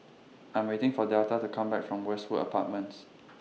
I'm waiting For Delta to Come Back from Westwood Apartments